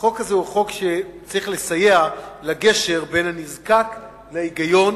החוק הזה הוא חוק שצריך לסייע לגשר בין הנזקק להיגיון